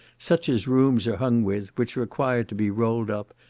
such as rooms are hung with, which required to be rolled up,